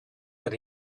that